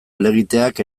helegiteak